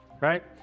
right